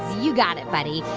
you got it, buddy.